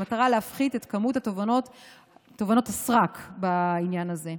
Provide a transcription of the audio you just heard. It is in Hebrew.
במטרה להפחית את מספר תובענות הסרק בעניין הזה.